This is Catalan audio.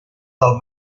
del